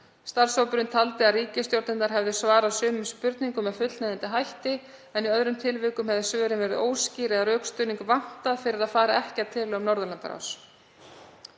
Starfshópurinn taldi að ríkisstjórnirnar hefðu svarað sumum spurningum með fullnægjandi hætti en í öðrum tilvikum hefðu svörin verið óskýr eða rökstuðning vantað fyrir að fara ekki að tillögum Norðurlandaráðs.